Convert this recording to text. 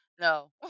No